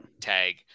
tag